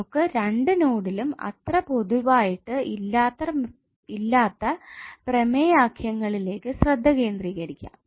നമുക്ക് രണ്ടു നോഡിലും അത്ര പൊതുവായിട്ട് ഇല്ലാത്ത പ്രമേയാഖ്യങ്ങളിലേക് ശ്രദ്ധകേന്ദ്രീകരിക്കാം